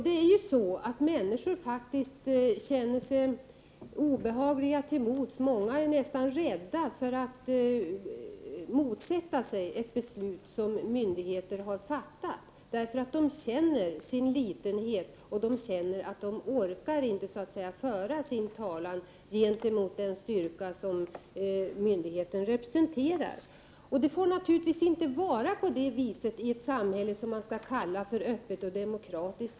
Människor känner sig faktiskt obehagliga till mods och många är nästan rädda för att motsätta sig ett beslut som myndigheter har fattat. De känner sin litenhet och de känner att de inte orkar föra sin talan gentemot den styrka som myndigheten representerar. Det får naturligtvis inte vara så i ett samhälle som man kallar för öppet och demokratiskt.